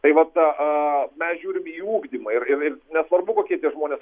tai vat a mes žiūrim į ugdymą ir ir nesvarbu kokie tie žmonės